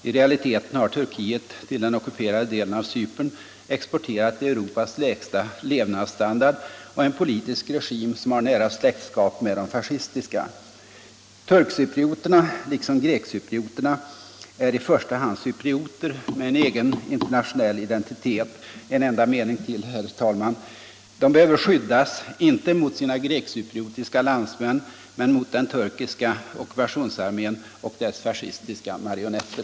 I realiteten har Turkiet till den ockuperade delen av Cypern exporterat Europas lägsta levnadsstandard och en politisk regim som har nära släktskap med de fascistiska. Turkcyprioterna liksom grekcyprioterna är i första hand cyprioter med en egen nationell identitet. De behöver skyddas — inte mot sina grekcypriotiska landsmän men mot den turkiska ockupationsarmén och dess fascistiska marionetter.